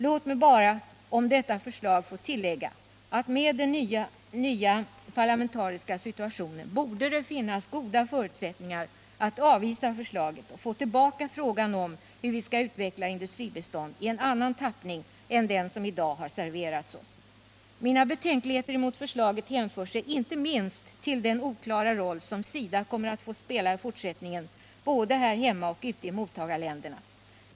Låt mig bara om detta förslag få tillägga att med den nya parlamentariska situationen borde det finnas goda förutsättningar att avvisa förslaget och få tillbaka frågan om hur vi skall utveckla industribistånd i en annan tappning än den som i dag har serverats OSS. Mina betänkligheter emot förslaget hänför sig inte minst till den oklara roll som SIDA kommer att få spela i fortsättningen, både här hemma och ute i mottagarländerna.